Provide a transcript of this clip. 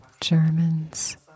Germans